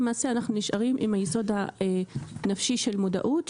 למעשה אנחנו נשארים עם היסוד הנפשי של מודעות,